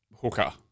hooker